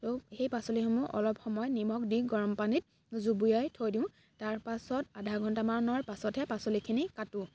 আৰু সেই পাচলিসমূহ অলপ সময় নিমখ দি গৰম পানীত জুবুৰিয়াই থৈ দিওঁ তাৰ পাছত আধা ঘণ্টামানৰ পাছতহে পাচলিখিনি কাটোঁ